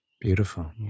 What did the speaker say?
Beautiful